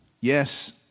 Yes